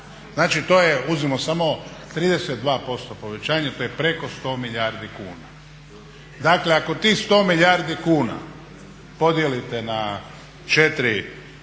Znači to je, uzmimo samo 32% povećanja, to je preko 100 milijardi kuna. Dakle, ako tih 100 milijardi kuna podijelite na 4 milijuna